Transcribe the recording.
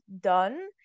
done